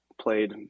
played